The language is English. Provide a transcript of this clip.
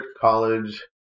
college